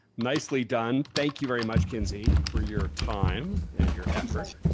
nicely done. thank you very much, kenzie, for your time and your effort